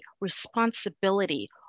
responsibility